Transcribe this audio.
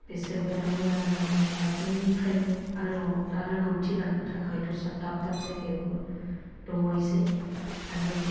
बिसोरबो दा मोजां जाबाय दा जोंनिफ्रायनो आरोबाव दा रोंगौथि लानो थाखाय दस्रा दाब दाब जायगायावबो दंहैसै आरो